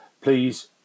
please